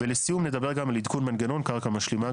ולסיום נדבר גם על עדכון מנגנון קרקע משלימה.